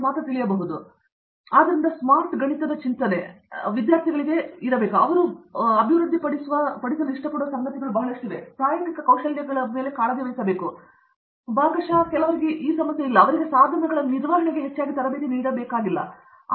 professor Deepa Venkatesh ಆದ್ದರಿಂದ smart ಗಣಿತದ ಚಿಂತನೆಯು ವಿದ್ಯಾರ್ಥಿಗಳಿಗೆ ಅವರು ಬರುವಾಗ ಅಭಿವೃದ್ಧಿ ಪಡಿಸಲು ಇಷ್ಟಪಡುವ ಸಂಗತಿಯಾಗಿದೆ ಮತ್ತು ಪ್ರಾಯೋಗಿಕ ಕೌಶಲಗಳನ್ನು ಕಾಳಜಿವಹಿಸುವಂತೆಯೇ ಭಾಗಶಃ ಅವರ ಸಮಸ್ಯೆ ಅಲ್ಲ ನಿಮಗೆ ಗೊತ್ತಿದೆ ಅವರಿಗೆ ಸಾಧನಗಳ ನಿರ್ವಹಣೆಗೆ ಹೆಚ್ಚಾಗಿ ತರಬೇತಿ ನೀಡಲಾಗಿಲ್ಲ